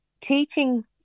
teaching